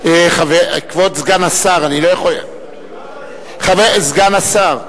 כבוד סגן השר, אני לא יכול, סגן השר.